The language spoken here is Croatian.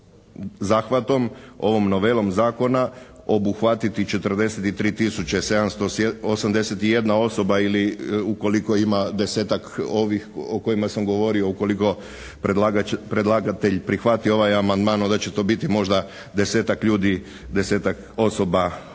zahvatom, ovom novelom zakona obuhvatiti 43 tisuće 781 osoba ili ukoliko ima desetak ovih o kojima sam govorio ukoliko predlagatelj prihvati ovaj amandman onda će to biti možda desetak ljudi, desetak osoba